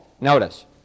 notice